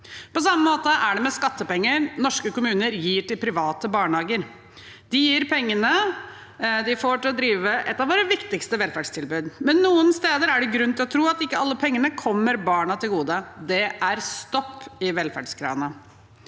På samme måte er det med skattepenger norske kommuner gir til private barnehager. De gir pengene de får til å drive et av våre viktigste velferdstilbud. Noen steder er det likevel grunn til å tro at ikke alle pengene kommer barna til gode. Det er stopp i velferdskranen.